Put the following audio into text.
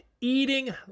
eating